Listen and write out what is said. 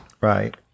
Right